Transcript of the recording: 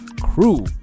crew